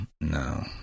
No